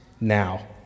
now